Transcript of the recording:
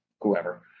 whoever